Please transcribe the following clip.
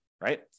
right